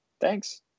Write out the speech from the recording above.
thanks